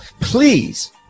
please